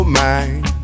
mind